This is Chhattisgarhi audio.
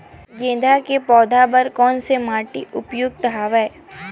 गेंदा के पौधा बर कोन से माटी उपयुक्त हवय?